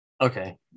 Okay